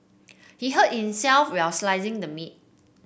he hurt himself while slicing the meat